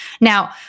now